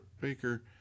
Baker